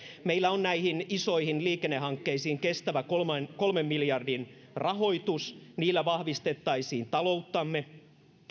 meillä on näihin isoihin liikennehankkeisiin kestävä kolmen miljardin rahoitus niillä vahvistettaisiin talouttamme